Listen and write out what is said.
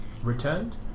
returned